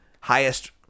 highest